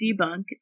debunk